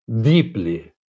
deeply